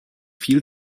viel